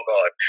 God